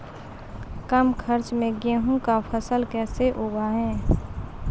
कम खर्च मे गेहूँ का फसल कैसे उगाएं?